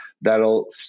that'll